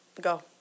Go